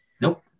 Nope